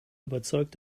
überzeugt